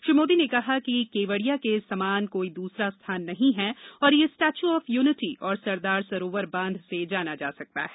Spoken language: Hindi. श्री मोदी ने कहा कि केवड़िया के समान कोई दूसरा स्थान नहीं है और यह स्टैच्यू ऑफ यूनिटी और सरदार सरोवर बांध से जाना जा सकता है